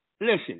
Listen